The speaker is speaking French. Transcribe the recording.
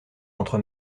contre